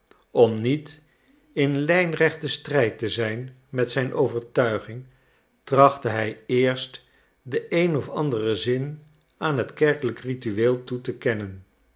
om niet in lijnrechten strijd te zijn met zijn overtuiging trachtte hij eerst den een of anderen zin aan het kerkelijk ritueel toe te kennen